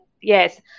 Yes